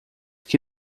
que